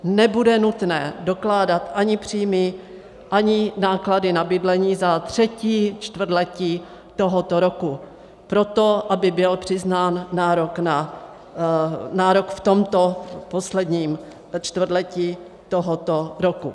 Nebude nutné dokládat ani příjmy, ani náklady na bydlení za třetí čtvrtletí tohoto roku proto, aby byl přiznán nárok v tomto posledním čtvrtletí tohoto roku.